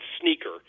sneaker